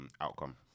outcome